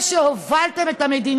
אתם אלה שהובלתם את המדיניות,